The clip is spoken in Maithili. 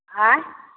ऑंय